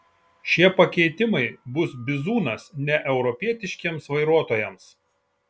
šie pakeitimai bus bizūnas neeuropietiškiems vairuotojams